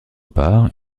part